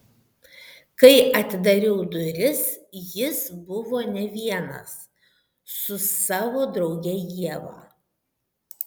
kai atidariau duris jis buvo ne vienas su savo drauge ieva